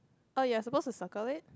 oh ya supposed to circle it